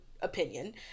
opinion